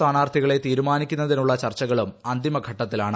സ്ഥാനാർത്ഥികളെ തീരുമാനിക്കുന്നതിനുള്ള ചർച്ചകളും അന്തിമ ഘട്ടത്തിലാണ്